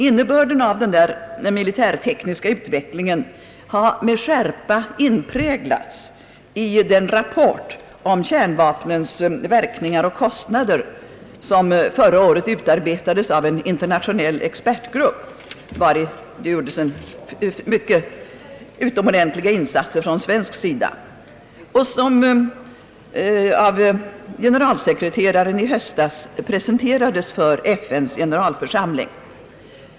Innebörden av denna militärtekniska utveckling har med skärpa inpräglats i den rapport om kärnvapnens verkningar och kostnader som förra året utarbetades av en internationell expertgrupp, vari det gjordes utomordentliga insatser från svensk sida, och som av generalsekreteraren i höstas presenterades för FN:s generalförsamling.